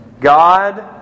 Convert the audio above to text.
God